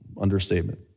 understatement